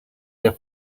their